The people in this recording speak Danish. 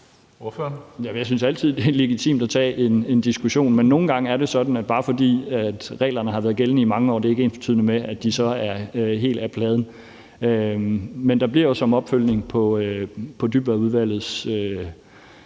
Jeg synes altid, det er legitimt at tage en diskussion, men nogle gange er det sådan, at bare fordi reglerne har været gældende i mange år, er det ikke ensbetydende med, at de så er helt af pladen. Men der bliver jo som opfølgning på Dybvadudvalgets